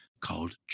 called